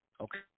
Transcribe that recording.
Okay